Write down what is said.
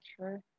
sure